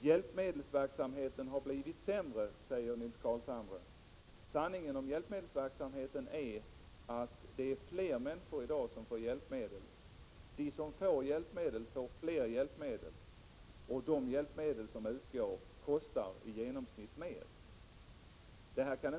Hjälpmedelsverksamheten har blivit sämre, säger Nils Carlshamre. Sanningen är att det är fler människor som i dag får hjälpmedel, och de får fler hjälpmedel. De hjälpmedel som utgår kostar också i genomsnitt mer än tidigare.